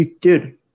Dude